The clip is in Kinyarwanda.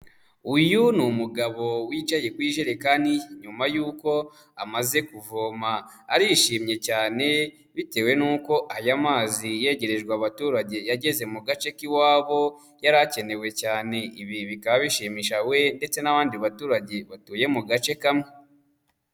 Uyu ni umugabo wicaye ku jerekani nyuma y'uko amaze kuvoma, arishimye cyane bitewe n'uko aya mazi yegerejwe abaturage yageze mu gace k'iwabo yari akenewe cyane, ibi bikaba bishimishije we ndetse n'abandi baturage batuye mu gace kamwe.